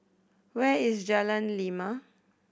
where is Jalan Lima